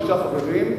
חמישה חברים,